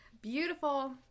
beautiful